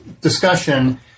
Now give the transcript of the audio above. discussion